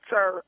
Sir